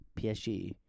PSG